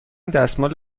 دستمال